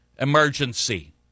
emergency